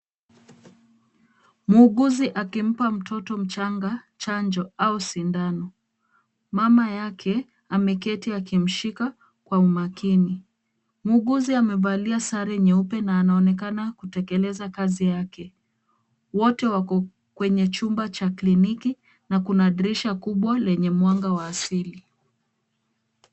Muuguzi akimpa mtoto mchanga chanjo au sindano. Mama yake ameketi akimshika kwa umakini. Muuguzi amevalia sare nyeupe na anaonekana kutekeleza kazi yake. Wote wako kwenye chumba cha kliniki na kuna dirisha kubwa lenye mwanga wa asili.